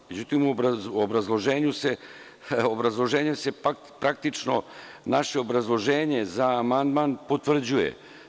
Međutim, u obrazloženju se praktično, naše obrazloženje za amandman potvrđuje.